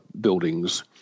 buildings